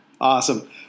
Awesome